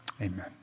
Amen